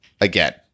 again